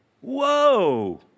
Whoa